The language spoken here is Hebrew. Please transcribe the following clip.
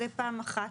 זה פעם אחת.